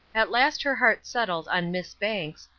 at last her heart settled on miss banks,